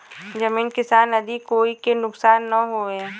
जमीन किसान नदी कोई के नुकसान न होये